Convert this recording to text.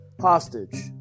hostage